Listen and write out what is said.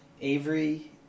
Avery